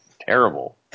terrible